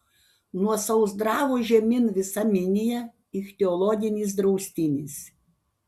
nuo sausdravo žemyn visa minija ichtiologinis draustinis